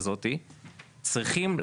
להחזיק את האחים,